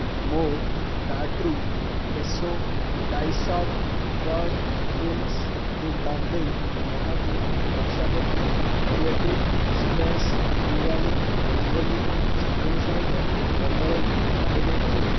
ମୋ କାର୍ଟ୍ରୁ Fresho diced broad ବିନ୍ସ୍କୁ ବାଦ ଦେଇ ତାହାକୁ ଦଶ ପେଟି କ୍ରିଏଟିଭ୍ ସ୍ପେସ୍ ଦିୱାଲି ରଙ୍ଗୋଲି ଚାଲୁଣୀ ସହିତ ବଦଳାଇ ପାରିବେ କି